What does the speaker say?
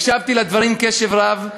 הקשבתי לדברים קשב רב,